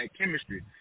chemistry